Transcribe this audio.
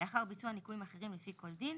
לאחר ביצוע ניכויים אחרים לפי כל דין,